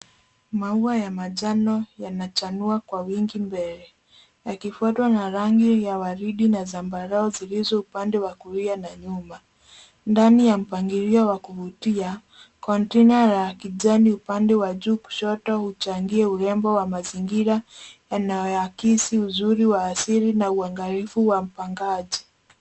Maua ya manjano yanachanua kwa wingi mbele, yakifuatwa na rangi ya waridi na zambarau zilizo upande wa kulia na nyuma. Ndani ya mpangilio wa kuvutia, kontena la kijani upande wa juu kushoto huchangia urembo wa mazingira yanayoakisi uzuri wa asili na uangalifu wa mpangaji.